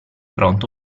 pronto